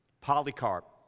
Polycarp